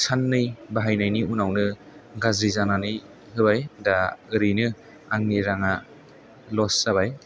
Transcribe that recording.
साननै बाहायनायनि उनावनो गाज्रि जानानै होबाय दा ओरैनो आंनि राङा लस जाबाय